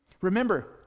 Remember